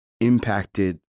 impacted